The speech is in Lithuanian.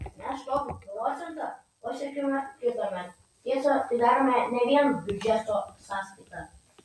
mes tokį procentą pasiekiame kitąmet tiesa tai darome ne vien biudžeto sąskaita